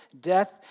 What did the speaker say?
death